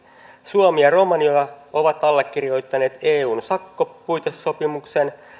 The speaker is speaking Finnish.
suomi ja romania ovat allekirjoittaneet eun sakkopuitesopimuksen